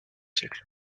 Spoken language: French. siècle